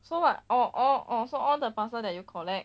so what orh orh orh so all the parcel that you collect